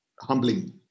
humbling